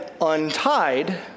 untied